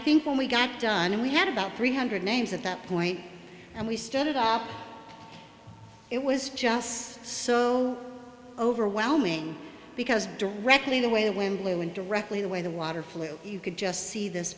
think when we got done and we had about three hundred names at that point and we started it was just so overwhelming because directly the way the wind blew and directly the way the water flew you could just see this